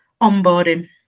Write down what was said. onboarding